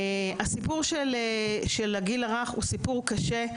הסיפור של הגיל הרך הוא סיפור קשה,